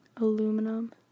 Aluminum